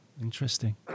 Interesting